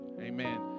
Amen